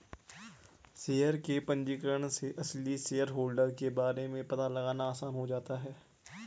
share के पंजीकरण से असली शेयरहोल्डर के बारे में पता लगाना आसान हो जाता है